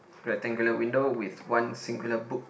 rectangular window with one singular book